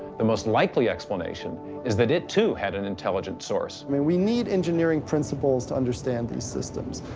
the most likely explanation is that it, too, had an intelligent source. i mean we need engineering principles to understand these systems,